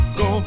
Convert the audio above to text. go